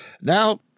Now